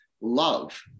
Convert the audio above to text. love